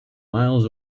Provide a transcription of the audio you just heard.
miles